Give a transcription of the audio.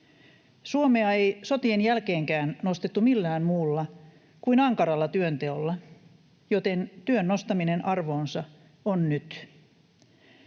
Suomea ei sotien jälkeenkään nostettu millään muulla kuin ankaralla työnteolla, joten työn nostaminen arvoonsa on nyt.